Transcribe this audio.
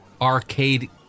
arcade